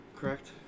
correct